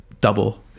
double